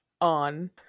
on